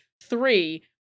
Three